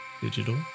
digital